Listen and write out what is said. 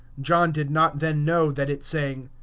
john did not then know that it sang,